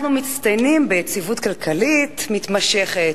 אנחנו מצטיינים ביציבות כלכלית מתמשכת